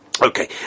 Okay